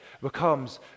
becomes